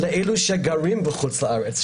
לאלו שגרים בחוץ לארץ,